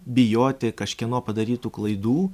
bijoti kažkieno padarytų klaidų